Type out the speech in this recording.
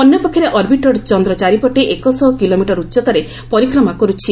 ଅନ୍ୟପକ୍ଷରେ ଅର୍ବିଟର୍ ଚନ୍ଦ୍ର ଚାରିପଟେ ଏକ ଶହ କିଲୋମିଟର ଉଚ୍ଚତାରେ ପରିକ୍ରମା କରୁଛି